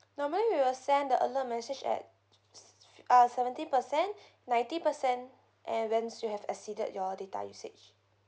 normally we'll send the alert message at uh seventy percent ninety percent and when you have exceeded your data usage